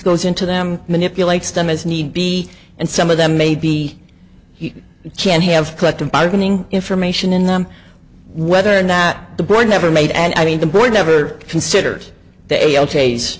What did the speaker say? goes into them manipulates them as need be and some of them may be you can have collective bargaining information in them whether or not the board never made and i mean the board never considered the